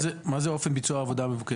מה זה, מה זה אופן ביצוע העבודה המבוקשת?